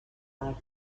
night